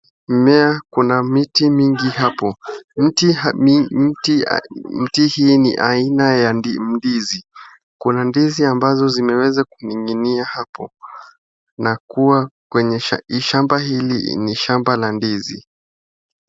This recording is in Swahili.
Mimea, kuna miti mingi hapo. Mti hii ni aina ya ndizi. Kuna ndizi ambazo zimeweza kuminginia hapo na kuwa kwenye shamba hili ni shamba la ndizi.